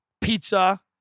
pizza